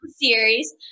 series